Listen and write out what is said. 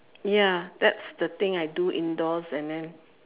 ya that's the thing I do indoors and then